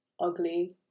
ugly